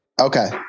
Okay